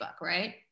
right